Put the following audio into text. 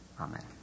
amen